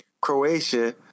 Croatia